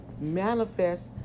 manifest